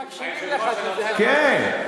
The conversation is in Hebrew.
כן.